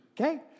okay